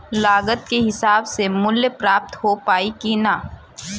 लागत के हिसाब से मूल्य प्राप्त हो पायी की ना?